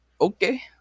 okay